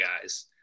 guys